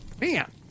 man